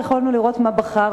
יכולנו לראות מה בחר,